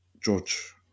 George